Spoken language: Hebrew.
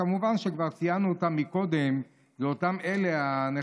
כמובן שכבר ציינו אותם קודם, אלה אותם הנחמדים: